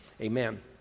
amen